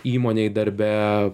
įmonėj darbe